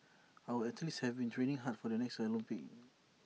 our athletes have been training hard for the next Olympics